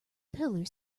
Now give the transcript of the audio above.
pillar